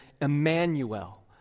Emmanuel